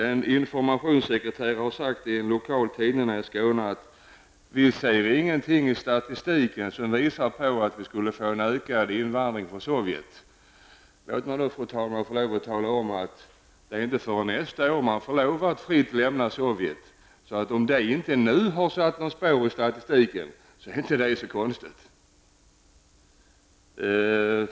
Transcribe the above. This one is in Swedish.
En informationssekreterare har i en lokal tidning i Skåne sagt att man inte ser något i statistiken som visar att vi skulle få en ökad invandring från Sovjetunionen. Låt mig då, fru talman, få tala om att det inte är förrän nästa år som människor fritt får lämna Sovjetunionen. Därför är det inte så konstigt om detta ännu inte har satt några spår i statistiken.